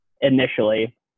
initially